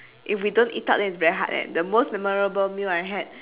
if we don't eat out then it's very hard leh the most memorable meal I had